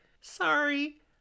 sorry